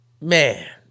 man